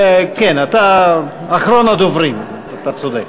כן, אתה אחרון הדוברים, אתה צודק.